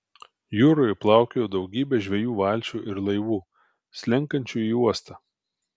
jūroje plaukiojo daugybė žvejų valčių ir laivų slenkančių į uostą